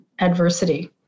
adversity